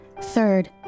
Third